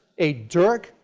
a dirk,